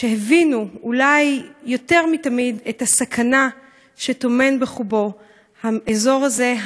שהבינו אולי יותר מתמיד את הסכנה שטומן בחובו האזור הזה,